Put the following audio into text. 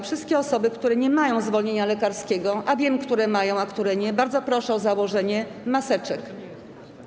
Wszystkie osoby, które nie mają zwolnienia lekarskiego - a wiem, które mają, a które nie - bardzo proszę o założenie maseczek.